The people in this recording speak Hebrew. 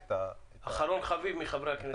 אחרון חביב מחברי הכנסת.